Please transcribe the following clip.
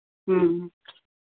ᱦᱮᱸ